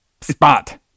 spot